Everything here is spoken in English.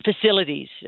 facilities